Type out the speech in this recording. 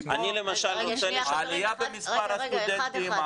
כי העלייה במספר הסטודנטים,